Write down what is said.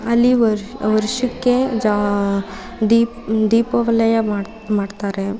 ಅಲ್ಲಿ ವರ್ಷಕ್ಕೆ ಜಾ ದೀಪಾವಳಿಯ ಮಾಡ್ತಾರೆ